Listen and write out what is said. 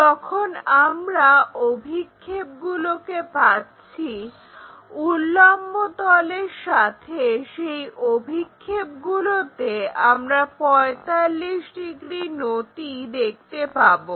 যখন আমরা অভিক্ষেপগুলোকে পাচ্ছি উল্লম্ব তলের সাথে সেই অভিক্ষেপগুলোতে আমরা 45 ডিগ্রি নতি দেখতে পাবো